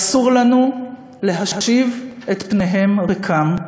ואסור לנו להשיב את פניהם ריקם.